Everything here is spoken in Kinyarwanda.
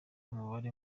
umubare